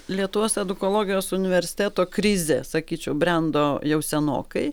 lietuvos edukologijos universiteto krizė sakyčiau brendo jau senokai